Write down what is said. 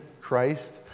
Christ